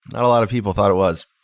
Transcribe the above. a lot of people thought it was.